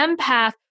empath